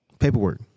Paperwork